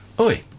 Oi